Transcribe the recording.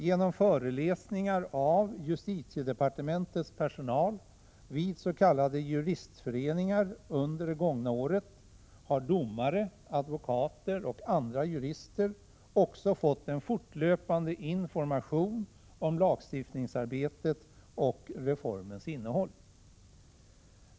Genom föreläsningar av justitiedepartementets personal vid s.k. juristföreningar under det gångna året har domare, advokater och andra jurister också fått en fortlöpande information om lagstiftningsarbetet och reformens innehåll.